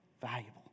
valuable